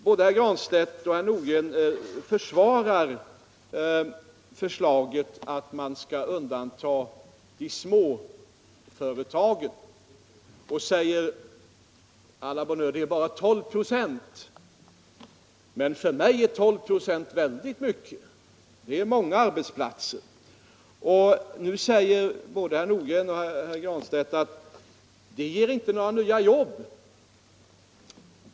Både herr Granstedt och herr Nordgren försvarar förslaget att man skall undanta småföretagen från skyldigheten att anmäla lediga platser och säger: Å la bonne heurc, det är bara 12 96. Men för mig är 12 26 väldigt mycket. Det representerar många arbetsplatser. Nu säger både herr Nordgren och herr Granstedt att det ger inte några nya jobb.